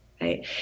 right